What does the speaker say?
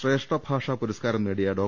ശ്രേഷ്ഠഭാഷാ പുര സ്കാരം നേടിയ ഡോ